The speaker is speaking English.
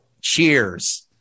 Cheers